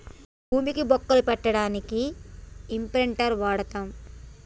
భూమికి బొక్కలు పెట్టడానికి ఇంప్రింటర్ వాడతం